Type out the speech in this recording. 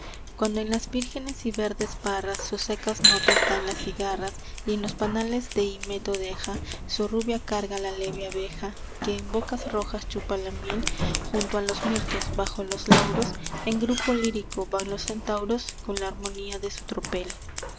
cuando en las vírgenes y verdes parras sus secas notas dan las cigarras y en los panales de himeto deja su rubia carga la leve abeja que en bocas rojas chupa la miel junto a los mirtos bajo los lauros en grupo lírico van los centauros con la harmonía de su tropel